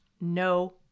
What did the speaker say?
no